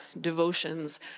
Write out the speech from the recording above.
Devotions